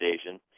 station